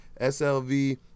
SLV